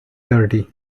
dirty